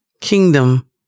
kingdom